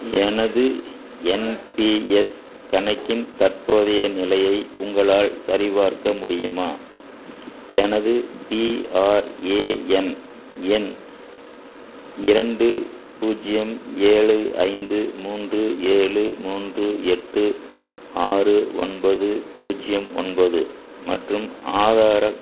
எனது என்பிஎஸ் கணக்கின் தற்போதைய நிலையை உங்களால் சரிபார்க்க முடியுமா எனது பிஆர்ஏஎன் எண் இரண்டு பூஜ்ஜியம் ஏழு ஐந்து மூன்று ஏழு மூன்று எட்டு ஆறு ஒன்பது பூஜ்ஜியம் ஒன்பது மற்றும் ஆதார